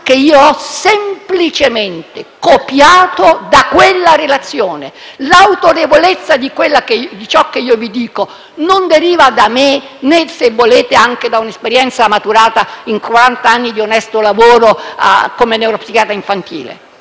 che ho semplicemente copiato da quella relazione. L'autorevolezza di quanto vi dico non deriva da me e neanche, se volete, da un'esperienza maturata in quarant'anni di onesto lavoro come neuropsichiatra infantile.